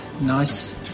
Nice